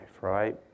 right